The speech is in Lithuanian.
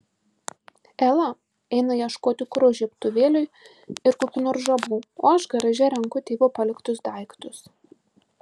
ela eina ieškoti kuro žiebtuvėliui ir kokių nors žabų o aš garaže renku tėvo paliktus daiktus